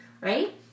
right